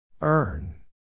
Earn